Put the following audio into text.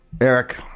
Eric